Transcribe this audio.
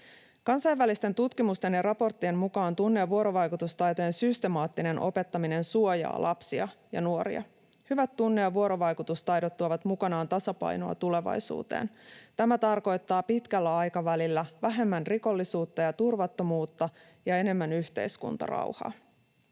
Kansainvälisten tutkimusten ja raporttien mukaan tunne‑ ja vuorovaikutustaitojen systemaattinen opettaminen suojaa lapsia ja nuoria. Hyvät tunne‑ ja vuorovaikutustaidot tuovat mukanaan tasapainoa tulevaisuuteen. Tämä tarkoittaa pitkällä aikavälillä vähemmän rikollisuutta ja turvattomuutta ja enemmän yhteiskuntarauhaa.